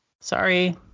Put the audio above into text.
Sorry